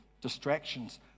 distractions